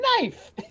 knife